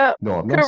No